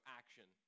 action